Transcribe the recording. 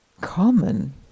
common